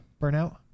Burnout